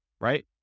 right